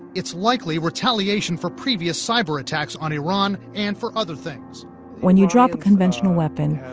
it's likely retaliation for previous cyberattacks on iran and for other things when you drop a conventional weapon,